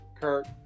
Kurt